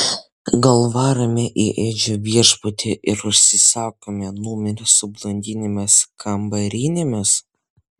gal varome į edžio viešbutį ir užsisakome numerius su blondinėmis kambarinėmis